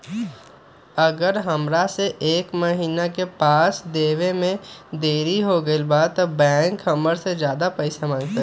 अगर हमरा से एक महीना के पैसा देवे में देरी होगलइ तब बैंक हमरा से ज्यादा पैसा मंगतइ?